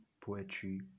Poetry